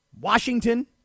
Washington